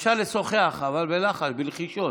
אפשר לשוחח, אבל בלחש, בלחישות.